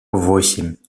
восемь